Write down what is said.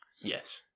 Yes